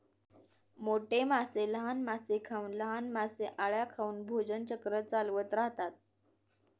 मोठे मासे लहान मासे खाऊन, लहान मासे अळ्या खाऊन भोजन चक्र चालवत राहतात